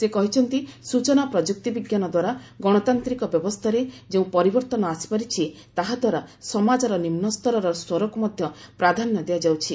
ସେ କହିଛନ୍ତି ସୂଚନା ପ୍ରଯୁକ୍ତି ବିଜ୍ଞାନ ଦ୍ୱାରା ଗଣତାନ୍ତିକ ବ୍ୟବସ୍ଥାରେ ଯେଉଁ ପରିବର୍ତ୍ତନ ଆସିପାରିଛି ତାହା ଦ୍ୱାରା ସମାଜର ନିମ୍ନସ୍ତରର ସ୍ୱରକୁ ମଧ୍ୟ ପ୍ରାଧାନ୍ୟ ଦିଆଯାଉଛି